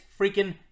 freaking